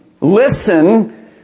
Listen